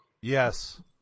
Yes